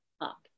up